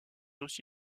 aussi